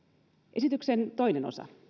esityksen toinen osa